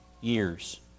years